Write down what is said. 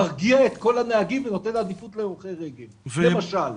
מרגיע את כל הנהגים ונותן עדיפות להולכי רגל למשל.